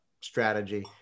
strategy